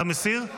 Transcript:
אתה מסיר?